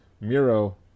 Miro